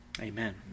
Amen